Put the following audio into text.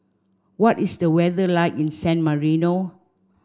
what is the weather like in San Marino